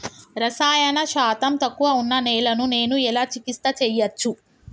రసాయన శాతం తక్కువ ఉన్న నేలను నేను ఎలా చికిత్స చేయచ్చు?